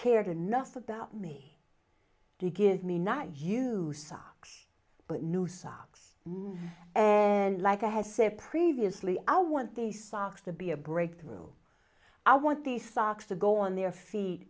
cared enough about me to give me not use but new socks and like a has said previously i want these socks to be a breakthrough i want these socks to go on their feet